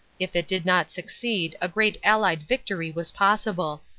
if it did not succeed a great allied victory was possible.